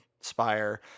spire